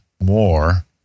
more